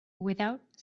without